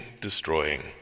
destroying